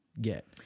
get